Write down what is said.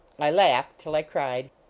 i laughed till i cried.